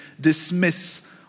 dismiss